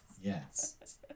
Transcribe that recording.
Yes